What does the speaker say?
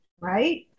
right